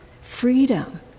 freedom